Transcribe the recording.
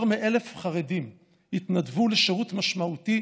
יותר מ-1,000 חרדים התנדבו לשירות משמעותי